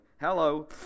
Hello